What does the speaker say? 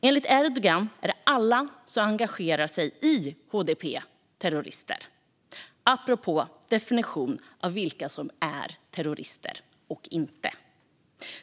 Enligt Erdogan är alla som engagerar sig i HDP terrorister - apropå definitionen av vilka som är terrorister och inte.